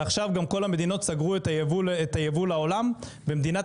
ועכשיו גם כל המדינות סגרו את הייבוא לעולם ומדינת